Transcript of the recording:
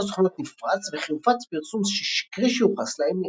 הסוכנות נפרץ וכי הופץ פרסום שקרי שיוחס לאמיר.